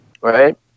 right